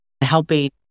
helping